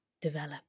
develop